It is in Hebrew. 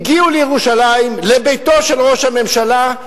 הגיעו לירושלים לביתו של ראש הממשלה,